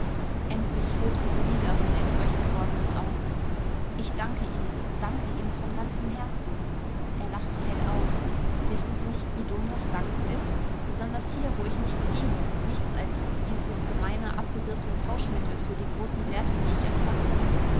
endlich hob sie die lider von den feucht gewordenen augen ich danke ihnen danke ihnen von ganzem herzen er lachte hell auf wissen sie nicht wie dumm das danken ist besonders hier wo ich nichts gebe nichts als dieses gemeine abgegriffene tauschmittel für die großen werte die ich empfangen will